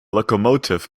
locomotive